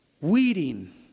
weeding